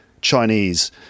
Chinese